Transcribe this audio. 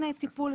אני